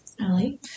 Ellie